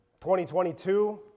2022